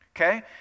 okay